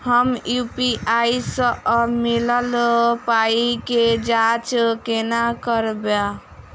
हम यु.पी.आई सअ मिलल पाई केँ जाँच केना करबै?